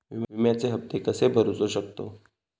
विम्याचे हप्ते कसे भरूचो शकतो?